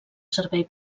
servei